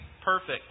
perfect